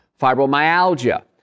fibromyalgia